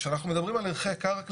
כשאנחנו מדברים על ערכי קרקע,